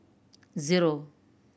zero